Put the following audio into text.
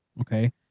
Okay